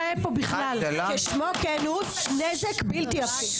ספר לא מאומת משום מקום.